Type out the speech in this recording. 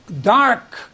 dark